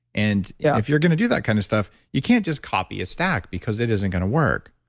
and yeah if you're going to do that kind of stuff, you can't just copy a stack because it isn't going to work.